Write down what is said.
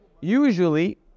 Usually